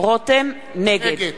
נגד.